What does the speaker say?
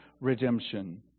redemption